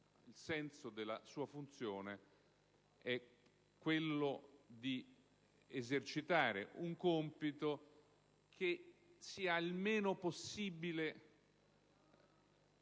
il senso della sua funzione è quello di esercitare un compito che sia il meno possibile